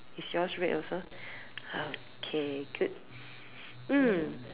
is yours red also okay good mm